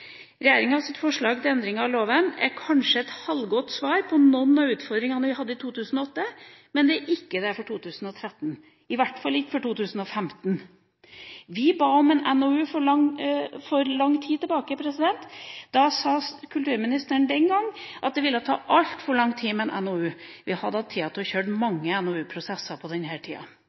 Regjeringa har tatt seg god tid på å fremme disse forslagene, og det er stort sett de samme debattene vi hadde for fire, fem år siden. Det er egentlig generelt litt 2008 over hele dette forslaget. Regjeringas forslag til endring av loven er kanskje et halvgodt svar på noen av utfordringene vi hadde i 2008, men det er ikke det for 2013 – og i hvert fall ikke for 2015. Vi ba om en NOU for lang tid tilbake, og da sa kulturministeren